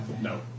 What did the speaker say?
No